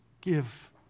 give